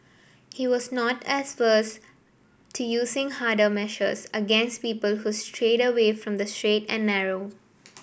he was not to using harder measures against people who strayed away from the straight and narrow